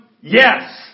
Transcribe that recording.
Yes